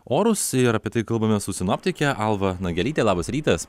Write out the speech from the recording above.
orus ir apie tai kalbamės su sinoptike alva nagelyte labas rytas